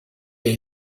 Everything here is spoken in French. est